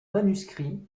manuscrits